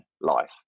life